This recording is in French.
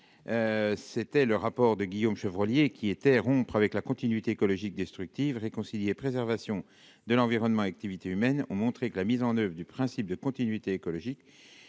c'était le rapport de Guillaume Chevrollier, qui était rompre avec la continuité écologique destructive réconcilier préservation de l'environnement, activités humaines ont montré que la mise en oeuvre du principe de continuité écologique